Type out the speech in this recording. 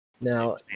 Now